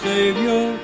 Savior